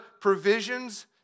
provisions